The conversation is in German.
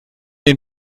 den